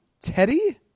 Teddy